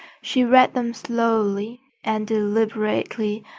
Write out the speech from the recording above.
she read them slowly and deliberately,